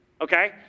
Okay